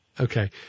Okay